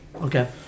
Okay